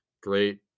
Great